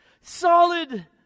Solid